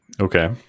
Okay